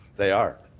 they are.